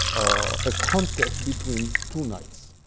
a contest between two knights,